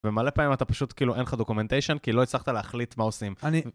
ומלא פעמים אתה פשוט כאילו אין לך דוקומנטיישן כי לא הצלחת להחליט מה עושים.